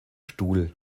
stuhl